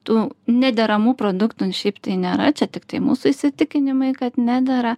tų nederamų produktų šiaip tai nėra čia tiktai mūsų įsitikinimai kad nedera